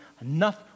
Enough